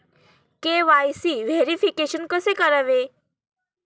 KYC verification कसे करावे?